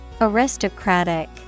Aristocratic